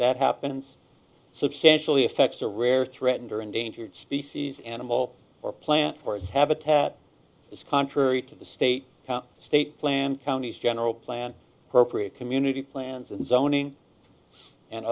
that happens substantially affects the rare threatened or endangered species animal or plant for its habitat is contrary to the state state plan counties general plan appropriate community plans and zoning and